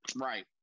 Right